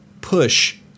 push